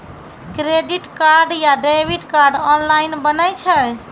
Credit card या debit card online बनै छै?